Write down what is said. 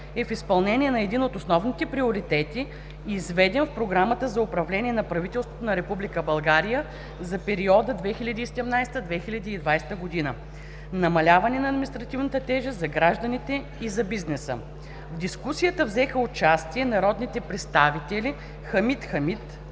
е в изпълнение на един от основните приоритети, изведен в Програмата за управление на правителството на Република България за периода 2017 - 2020 г. – намаляване на административната тежест за гражданите и за бизнеса. В дискусията взеха участие народните представители Хамид Хамид,